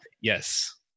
Yes